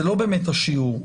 זה לא באמת השיעור.